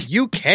UK